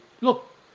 look